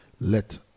Let